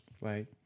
Right